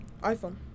iPhone